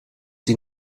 die